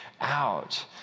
out